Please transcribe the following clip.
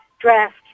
dressed